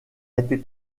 été